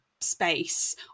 space